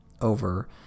over